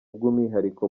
bw’umwihariko